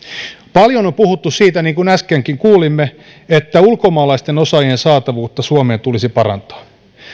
paljon on puhuttu siitä niin kuin äskenkin kuulimme että ulkomaalaisten osaajien saatavuutta suomeen tulisi parantaa